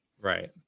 Right